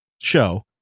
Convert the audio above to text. show